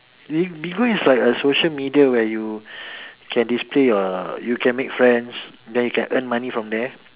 Bigo is like a social media where you can display your you can make friends then you can earn money from there